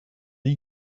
you